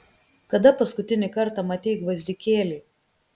kada paskutinį kartą matei gvazdikėlį